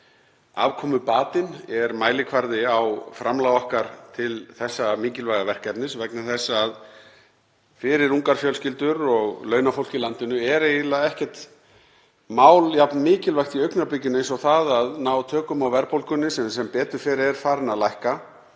Afkomubatinn er mælikvarði á framlag okkar til þessa mikilvæga verkefnis vegna þess að fyrir ungar fjölskyldur og launafólk í landinu er eiginlega ekkert mál jafn mikilvægt í augnablikinu eins og það að ná tökum á verðbólgunni, sem er sem betur fer farin að lækka,